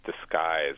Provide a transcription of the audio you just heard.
disguise